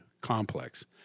complex